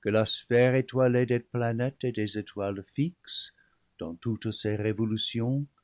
que la sphère étoilée des planètes et des étoiles fixes dans toutes ses révolutions